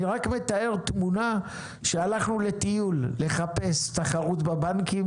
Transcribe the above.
אני רק מתאר תמונה שהלכנו לטיול לחפש תחרות בבנקים